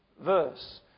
verse